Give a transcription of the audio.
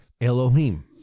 Elohim